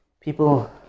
People